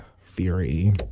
Fury